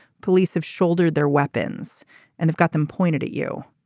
police have shouldered their weapons and they've got them pointed at you.